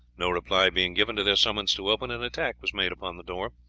no reply being given to their summons to open, an attack was made upon the door.